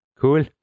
cool